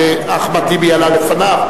ואחמד טיבי עלה לפניו,